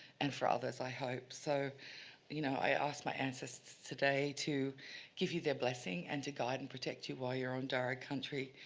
and for others, i hope. so you know i asked my ancestors today to give you their blessing and guide and protect you while you are on darug country,